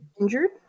injured